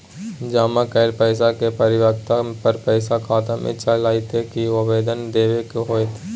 जमा कैल पैसा के परिपक्वता पर पैसा खाता में चल अयतै की आवेदन देबे के होतै?